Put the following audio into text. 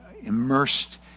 immersed